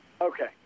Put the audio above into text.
Okay